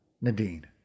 Nadine